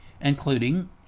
including